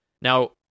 Now